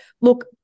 look